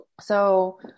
So-